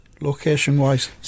location-wise